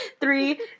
Three